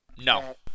No